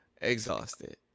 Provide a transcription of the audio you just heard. exhausted